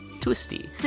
twisty